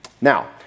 Now